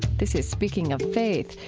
this is speaking of faith.